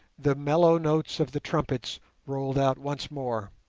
the mellow notes of the trumpets rolled out once more.